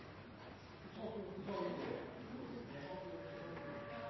å